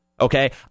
okay